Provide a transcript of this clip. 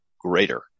greater